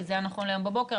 כי זה היה נכון להיום בבוקר,